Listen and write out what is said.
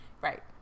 right